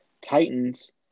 Titans